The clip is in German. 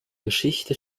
geschichte